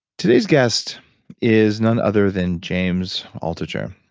today's guest is none other than james altucher.